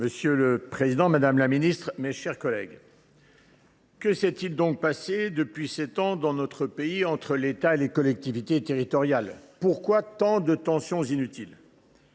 Monsieur le président, madame la ministre, mes chers collègues, que s’est il donc passé depuis sept ans dans notre pays entre l’État et les collectivités territoriales ? Pourquoi tant de tensions inutiles ?